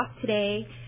today